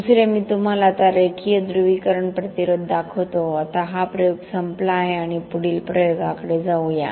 दुसरे मी तुम्हाला आता रेखीय ध्रुवीकरण प्रतिरोध दाखवतो आता हा प्रयोग संपला आहे आपण पुढील प्रयोगांकडे जाऊया